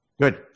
Good